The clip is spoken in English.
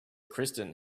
kristen